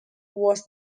was